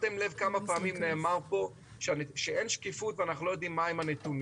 פשוט עברנו את השלב הזה בהתפתחות ואנחנו היום במקום אחר,